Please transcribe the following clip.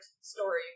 story